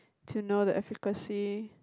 to know the efficacy